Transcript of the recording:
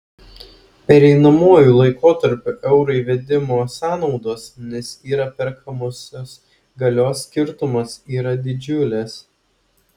pereinamuoju laikotarpiu euro įvedimo sąnaudos nes yra perkamosios galios skirtumas yra didžiulės